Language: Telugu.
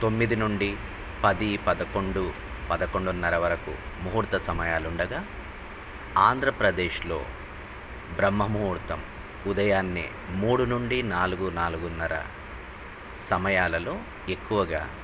తొమ్మిది నుండి పది పదకొండు పదకొండున్నర వరకు ముహూర్త సమయాలు ఉండగా ఆంధ్రప్రదేశ్లో బ్రహ్మ ముహూర్తం ఉదయాన మూడు నుండి నాలుగు నాలుగున్నర సమయాలలో ఎక్కువగా